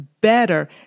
better